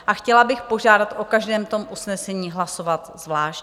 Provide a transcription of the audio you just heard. A chtěla bych požádat o každém tom usnesení hlasovat zvlášť.